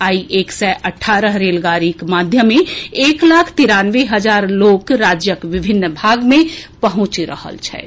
आई एक सय अठारह रेलगाड़ीक माध्यमे एक लाख तिरानवे हजार लोक राज्यक विभिन्न भाग मे पहुंचि रहल छथि